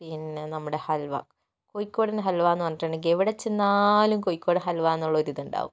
പിന്നെ നമ്മുടെ ഹൽവ കോഴിക്കോടൻ ഹൽവയെന്നു പറഞ്ഞിട്ടുണ്ടെങ്കിൽ എവിടെച്ചെന്നാലും കോഴിക്കോടൻ ഹൽവ എന്നുള്ളൊരിതുണ്ടാവും